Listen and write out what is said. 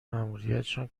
ماموریتشان